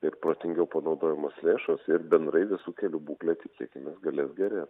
ir protingiau panaudojamos lėšos ir bendrai visų kelių būklė tikėkimės galės gerė